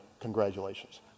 congratulations